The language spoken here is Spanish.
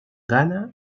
ghana